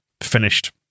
Finished